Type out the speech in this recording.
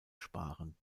sparen